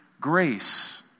grace